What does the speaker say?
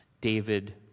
David